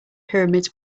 pyramids